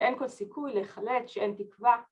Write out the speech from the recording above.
‫אין כל סיכוי לחלט שאין תקווה.